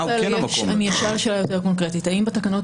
אני אשאל שאלה יותר קונקרטית האם בתקנות